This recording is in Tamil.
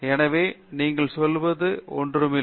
எனவே நீங்கள் சொல்வது ஒன்றுமில்லை